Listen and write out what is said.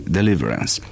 Deliverance